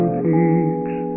peaks